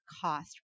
cost